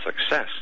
success